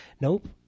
Nope